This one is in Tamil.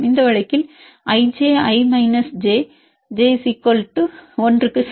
இந்த வழக்கில் ij i மைனஸ் j இது 1 க்கு சமம்